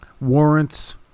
Warrants